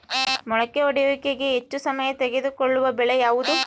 ಮೊಳಕೆ ಒಡೆಯುವಿಕೆಗೆ ಹೆಚ್ಚು ಸಮಯ ತೆಗೆದುಕೊಳ್ಳುವ ಬೆಳೆ ಯಾವುದು?